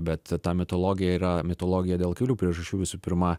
bet ta mitologija yra mitologija dėl kelių priežasčių visų pirma